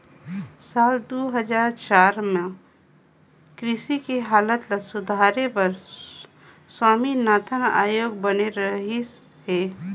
साल दू हजार चार में कृषि के हालत ल सुधारे बर स्वामीनाथन आयोग बने रहिस हे